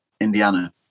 Indiana